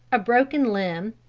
a broken limb,